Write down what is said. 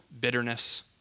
bitterness